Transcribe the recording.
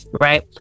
right